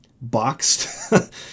boxed